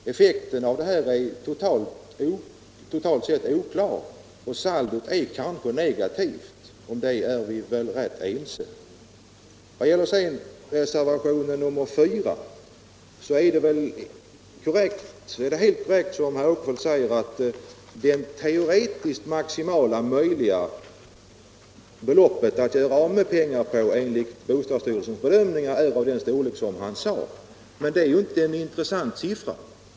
Effekten av detta är totalt sett oklar, och saldot kanske är negativt. Vad sedan gäller reservationen 4 är det helt korrekt som herr Åkerfeldt säger att det teoretiskt maximalt möjliga penningbeloppet att göra av med är av den storleksordning han nämnde. Men det är inte en intressant siffra.